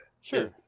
sure